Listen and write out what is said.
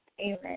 Amen